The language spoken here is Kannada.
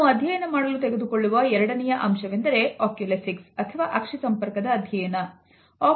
ನಾವು ಅಧ್ಯಯನ ಮಾಡಲು ತೆಗೆದುಕೊಳ್ಳುವ ಎರಡನೆಯ ಅಂಶವೆಂದರೆ oculesics ಅಥವಾ ಅಕ್ಷಿ ಸಂಪರ್ಕದ ಅಧ್ಯಯನ